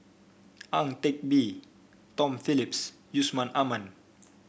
Ang Teck Bee Tom Phillips Yusman Aman